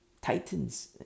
Titans